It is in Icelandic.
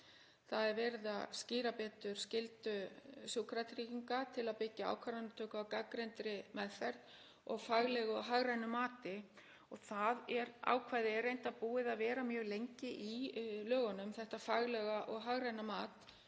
Það er verið að skýra betur skyldu Sjúkratrygginga til að byggja ákvarðanatöku á gagnreyndri meðferð og faglegu og hagrænu mati. Það ákvæði er reyndar búið að vera mjög lengi í lögunum, þetta faglega og hagræna mat,